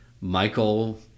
Michael